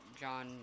John